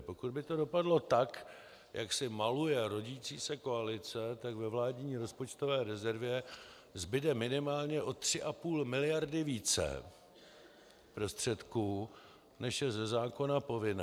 Pokud by to dopadlo tak, jak si maluje rodící se koalice, tak ve vládní rozpočtové rezervě zbude minimálně o 3,5 mld. více prostředků, než je ze zákona povinné.